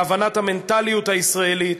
להבנת המנטליות הישראלית,